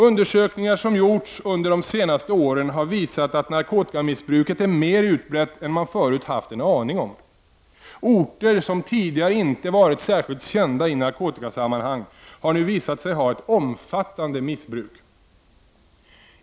Undersökningar som gjorts under de senaste åren har visat att narkotikamissbruket är mer utbrett än man förut haft en aning om. Orter som tidigare inte varit särskilt kända i narkotikasammanhang har nu visat sig ha ett omfattande missbruk.